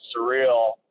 surreal